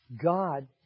God